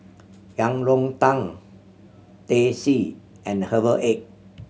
Yang Rou Tang Teh C and herbal egg